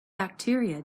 bacteria